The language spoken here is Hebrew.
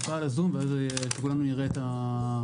מפה על הזום ואז כולנו נראה את התוואי.